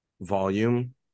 volume